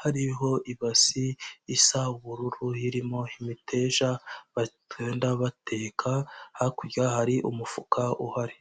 hariho ibasi isa ubururu irimo imiteja bagenda bateka hakurya hari umufuka uhari.